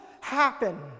happen